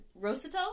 rosato